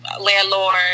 landlord